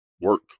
work